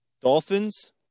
Dolphins